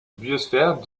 biosphère